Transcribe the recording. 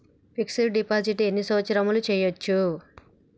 Fix డ్ deposit ఎన్ని సంవత్సరాలు చేయచ్చు?